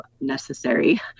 necessary